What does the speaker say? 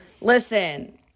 Listen